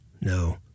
No